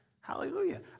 Hallelujah